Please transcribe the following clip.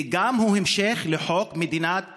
והוא גם המשך לחוק מדינת הלאום.